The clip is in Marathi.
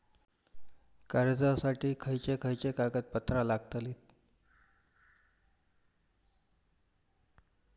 कर्जासाठी खयचे खयचे कागदपत्रा लागतली?